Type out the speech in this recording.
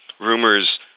Rumors